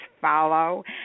follow